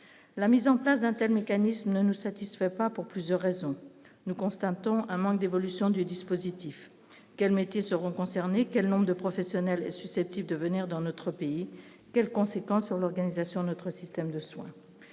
la mise en place d'un thème mécanisme ne satisfait pas, pour plusieurs raisons, nous constatons un manque d'évolution du dispositif quels métiers seront concernées, quel nombre de professionnels et susceptibles de venir dans notre pays : quelles conséquences sur l'organisation de notre système de soins,